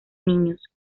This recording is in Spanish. niños